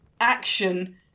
action